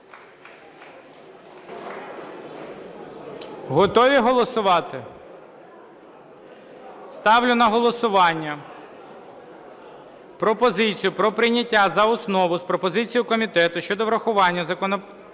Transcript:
Готові голосувати? Ставлю на голосування пропозицію про прийняття за основу з пропозицією комітету щодо врахування запропонованих